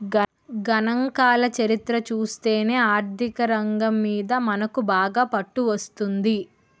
గణాంకాల చరిత్ర చూస్తేనే ఆర్థికరంగం మీద మనకు బాగా పట్టు వస్తుంది